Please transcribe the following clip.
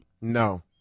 No